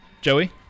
Joey